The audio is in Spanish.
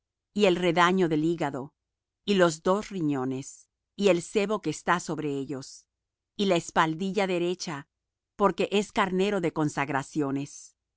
y el redaño del hígado y los dos riñones y el sebo que está sobre ellos y la espaldilla derecha porque es carnero de consagraciones